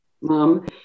mom